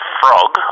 frog